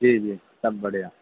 جی جی سب بڑھیا